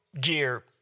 gear